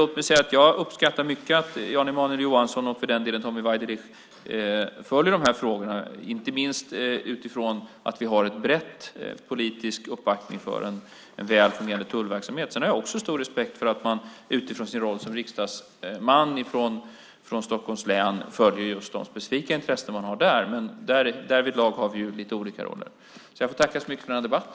Låt mig säga att jag uppskattar mycket att Jan Emanuel Johansson och för den delen Tommy Waidelich följer de här frågorna, inte minst utifrån att vi har en bred politisk uppbackning för en väl fungerande tullverksamhet. Sedan har jag stor respekt för att man utifrån sin roll som riksdagsman från Stockholms län bevakar de specifika intressen som man har där. Men därvidlag har vi lite olika roller. Jag får tacka så mycket för denna debatt.